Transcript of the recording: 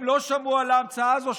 הם לא שמעו על ההמצאה הזאת,